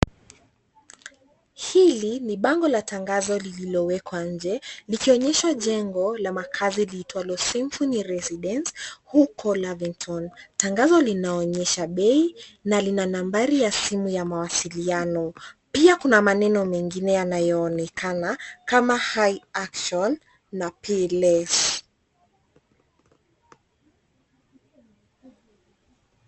Hili ni bango la tangazo lililo wekwa nje likionyesha jenga la makazi liitwalo Symphony residence huko Lavington. Tangazo linaonyesha bei na lina nambari ya simu ya mawasiliano, pia kuna maneno mengine yanayo enekana kama high action na pay less .